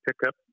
pickup